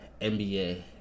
NBA